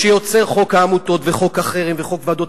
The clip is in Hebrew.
האווירה הזאת שיוצרים חוק העמותות וחוק החרם וחוק ועדות